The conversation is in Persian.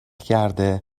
کرده